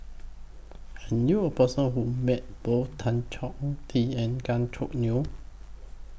I knew A Person Who Met Both Tan Chong Tee and Gan Choo Neo